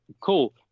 cool